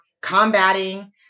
combating